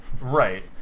right